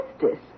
Justice